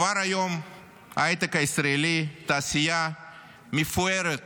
כבר היום ההייטק הישראלי, תעשייה מפוארת